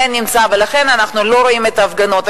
ולכן אנחנו לא רואים את ההפגנות.